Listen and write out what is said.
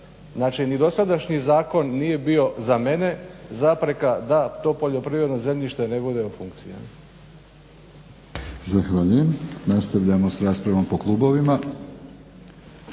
Znači, ni dosadašnji zakon nije bio za mene zapreka da to poljoprivredno zemljište ne bude u funkciji.